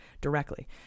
directly